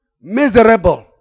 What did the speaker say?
Miserable